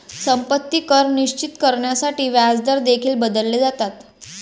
संपत्ती कर निश्चित करण्यासाठी व्याजदर देखील बदलले जातात